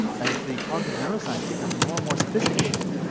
as the cog of neuroscience becomes more and more sophisticated,